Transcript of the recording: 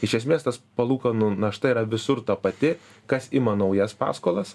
iš esmės tas palūkanų našta yra visur ta pati kas ima naujas paskolas